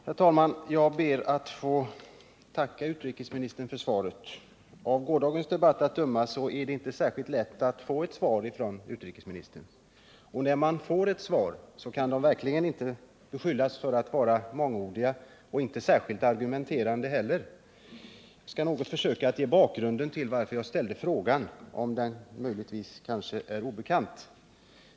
Herr talman! Jag ber att få tacka utrikesministern för svaret. Av gårdagens debatt att döma är det inte särskilt lätt att få ett svar från utrikesministern, och när man får ett svar så kan det verkligen inte beskyllas för att vara mångordigt och inte särskilt argumenterande heller. Jag skall försöka att kort ge bakgrunden till frågan, om den möjligtvis är obekant.